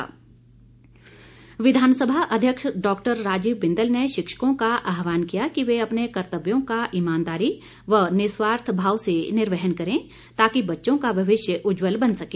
बिंदल विधानसभा अध्यक्ष डॉक्टर राजीव बिंदल ने शिक्षकों का आहवान किया कि वे अपने कर्त्तव्यों का ईमानदारी व निस्वार्थ भाव से निवर्हन करें ताकि बच्चों का भविष्य उज्जवल बन सके